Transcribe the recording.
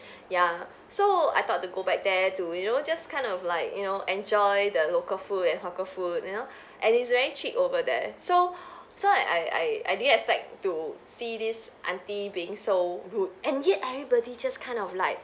ya so I thought to go back there to you know just kind of like you know enjoy the local food and hawker food you know and it's very cheap over there so so I I I didn't expect to see this auntie being so rude and yet everybody just kind of like